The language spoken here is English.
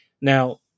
Now